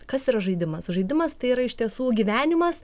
kas yra žaidimas žaidimas tai yra iš tiesų gyvenimas